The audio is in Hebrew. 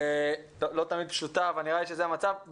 שלא תמיד פשוטה, אבל נראה לי שזה המצב.